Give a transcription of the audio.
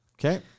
Okay